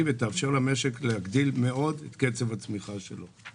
ותאפשר למשק להגדיל מאוד את קצב הצמיחה שלו.